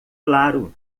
claro